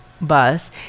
bus